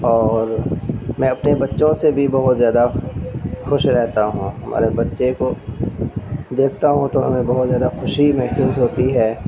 اور میں اپنے بچوں سے بھی بہت زیادہ خوش رہتا ہوں ہمارے بچے کو دیکھتا ہوں تو ہمیں بہت زیادہ خوشی محسوس ہوتی ہے